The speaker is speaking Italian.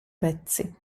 pezzi